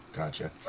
Gotcha